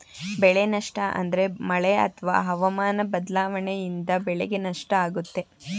ಬೆಳೆ ನಷ್ಟ ಅಂದ್ರೆ ಮಳೆ ಅತ್ವ ಹವಾಮನ ಬದ್ಲಾವಣೆಯಿಂದ ಬೆಳೆಗೆ ನಷ್ಟ ಆಗುತ್ತೆ